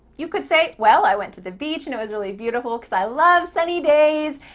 you could say, well, i went to the beach and it was really beautiful, cause i love sunny days.